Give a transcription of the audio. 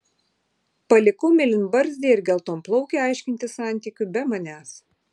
palikau mėlynbarzdį ir geltonplaukę aiškintis santykių be manęs